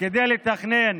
כדי לתכנן,